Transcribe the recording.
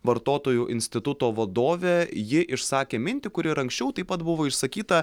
vartotojų instituto vadovė ji išsakė mintį kuri ir anksčiau taip pat buvo išsakyta